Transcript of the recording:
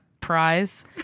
prize